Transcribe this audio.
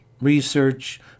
research